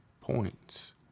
points